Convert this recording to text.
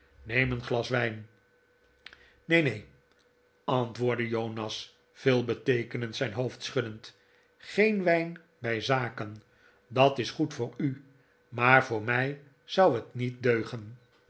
neem een glas wijn r neen neen antwoordde jonas veel beteekenend zijn hoofd schuddend geen wijn bij zaken dat is goed voor u maar voor mij zou het niet deugen